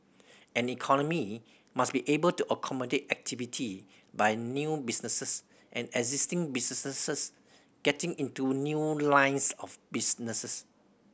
an economy must be able to accommodate activity by new businesses and existing businesses getting into new lines of businesses